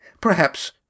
Perhaps